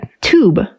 tube